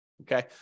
Okay